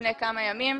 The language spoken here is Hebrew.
לפני כמה ימים.